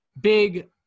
big